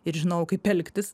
ir žinojau kaip elgtis